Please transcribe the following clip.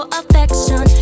affection